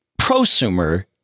prosumer